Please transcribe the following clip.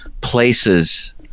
places